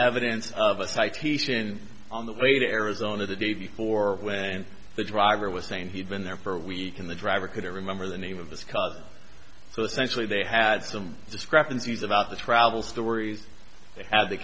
evidence of a citation on the way to arizona the day before and the driver was saying he'd been there for week and the driver couldn't remember the name of the squad so essentially they had some discrepancies about the travel stories they had the